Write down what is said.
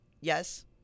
yes